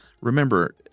remember